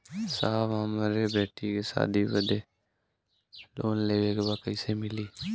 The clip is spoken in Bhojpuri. साहब हमरे बेटी के शादी बदे के लोन लेवे के बा कइसे मिलि?